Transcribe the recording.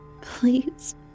Please